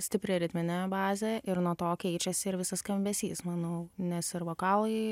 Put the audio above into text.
stipri ritminė bazė ir nuo to keičiasi ir visas skambesys manau nes ir vokalai